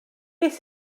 beth